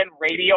radio